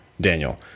Daniel